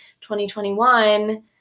2021